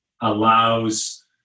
allows